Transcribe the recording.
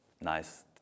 nice